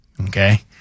Okay